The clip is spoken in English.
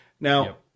Now